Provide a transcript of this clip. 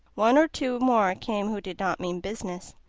one or two more came who did not mean business.